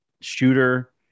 shooter